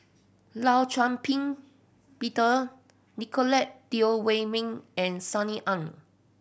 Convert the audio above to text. Law Shau Ping Peter Nicolette Teo Wei Min and Sunny Ang